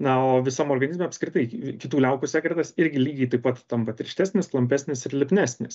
na o visam organizme apskritai kitų liaukų sekretas irgi lygiai taip pat tampa tirštesnis klampesnis ir lipnesnis